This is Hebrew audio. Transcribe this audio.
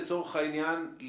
לצורך העניין,